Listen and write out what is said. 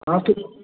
हाँ तो